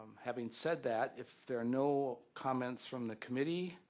having said that, if there are no comments from the committee,